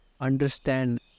understand